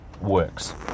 works